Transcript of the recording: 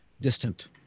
distant